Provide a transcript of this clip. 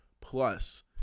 Plus